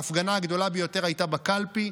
ההפגנה הגדולה ביותר הייתה בקלפי,